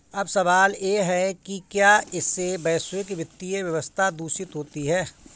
अब सवाल यह है कि क्या इससे वैश्विक वित्तीय व्यवस्था दूषित होती है